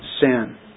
sin